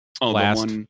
last